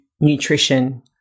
nutrition